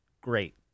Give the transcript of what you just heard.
great